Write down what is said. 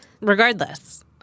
Regardless